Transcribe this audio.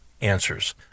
answers